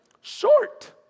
short